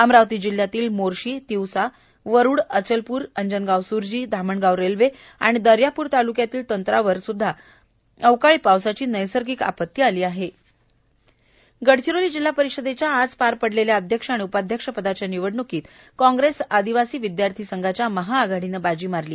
अमरावती जिल्ह्यातील मोर्शी तिवसा वरुड अचलपूर अंजनगाव सुर्जी धामणगाव रेल्वे आणि दर्यापुर तालुक्यातील तंत्रावर सुद्धा अवकाळी पावसाची नैसर्गिक आपती आली आहे गडचिरोली जिल्हा परिषदेच्या आज पार पडलेल्या अध्यक्ष आणि उपाध्यक्षपदाच्या निवडणुकीत काँग्रेस आदिवासी विद्यार्थी संघाच्या महाआघाडीने बाजी मारली